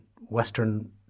western